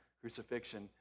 crucifixion